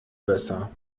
besser